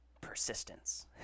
persistence